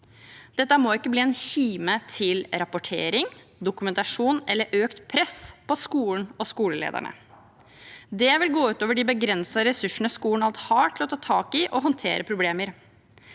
Dette må ikke bli en kime til rapportering, dokumentasjon eller økt press på skolen og skolelederne. Det vil gå ut over de begrensede ressursene skolen alt har til å ta tak i og håndtere problemer.